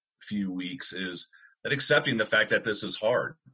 few weeks is that accepting the fact that this is hard